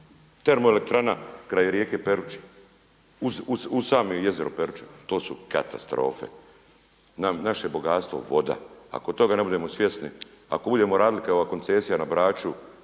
Termoelektrana kraj rijeke Peruče uz samo jezero Peruča. To su katastrofe. Naše bogatstvo je voda. Ako toga ne budemo svjesni, ako budemo radili kao ova koncesija na Braču,